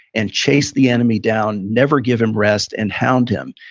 and chase the enemy down, never give him rest, and hound him.